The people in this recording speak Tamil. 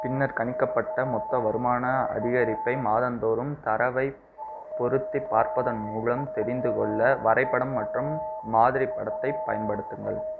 பின்னர் கணிக்கப்பட்ட மொத்த வருமான அதிகரிப்பை மாதந்தோறும் தரவைப் பொருத்திப் பார்ப்பதன் மூலம் தெரிந்துகொள்ள வரைபடம் மற்றும் மாதிரிப் படத்தைப் பயன்படுத்துங்கள்